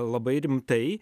labai rimtai